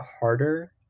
harder